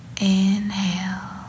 Inhale